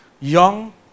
young